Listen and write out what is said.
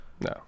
No